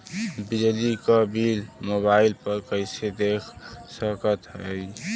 बिजली क bill mobile पर कईसे देख सकत हई?